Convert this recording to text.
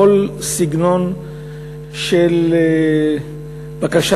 וכל סגנון של בקשה,